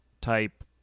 type